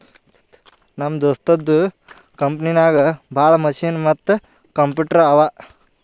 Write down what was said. ನಮ್ ದೋಸ್ತದು ಕಂಪನಿನಾಗ್ ಭಾಳ ಮಷಿನ್ ಮತ್ತ ಕಂಪ್ಯೂಟರ್ ಅವಾ